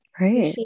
Right